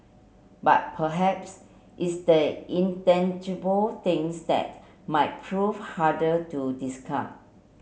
but perhaps it's the intangible things that might prove harder to discard